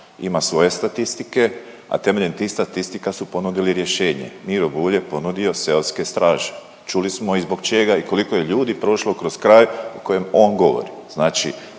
ima svoje statistike, a temeljem tih statistika su ponudili rješenje. Miro Bulj je ponudio seoske straže. Čuli smo i zbog čega i koliko je ljudi prošlo kroz kraj u kojem on govori.